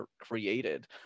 created